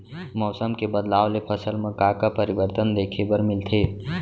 मौसम के बदलाव ले फसल मा का का परिवर्तन देखे बर मिलथे?